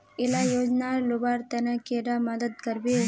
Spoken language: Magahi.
इला योजनार लुबार तने कैडा मदद करबे?